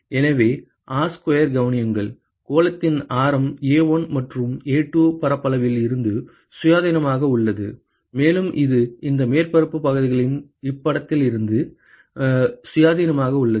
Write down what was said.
எனவே R square கவனியுங்கள் கோளத்தின் ஆரம் A1 மற்றும் A2 பரப்பளவில் இருந்து சுயாதீனமாக உள்ளது மேலும் இது இந்த மேற்பரப்பு பகுதிகளின் இருப்பிடத்திலிருந்து சுயாதீனமாக உள்ளது